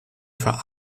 für